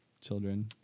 children